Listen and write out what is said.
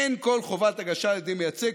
אין כל חובת הגשה על ידי מייצג.